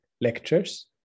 lectures